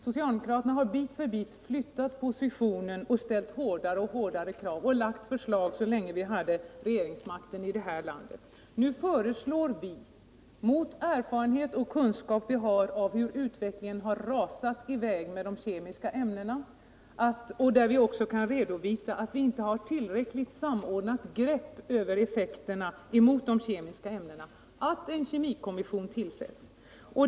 Socialdemokraterna har bit för bit flyttat positionen, ställt hårdare och hårdare krav och lagt fram förslag så länge vi hade regeringsmakten i landet. Nu kan vi redovisa att det saknas ett tillräckligt samordnat grepp över effekterna av de kemiska ämnena, och vi föreslår med stöd av den erfarenhet och kunskap vi har av hur utvecklingen har rasat i väg på detta område att en kemikommission tillsätts.